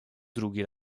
drugi